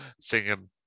singing